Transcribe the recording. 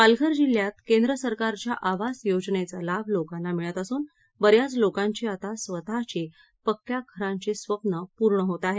पालघर जिल्ह्यात केंद्र सरकारच्या आवास योजनेचा लाभ लोकांना मिळत असून बऱ्याच लोकांची आता स्वतः ची पक्क्यां घराचं स्वप्न पूर्ण होत आहेत